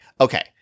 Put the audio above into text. okay